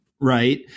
right